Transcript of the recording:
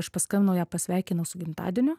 aš paskambinau ją pasveikinau su gimtadieniu